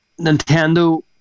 Nintendo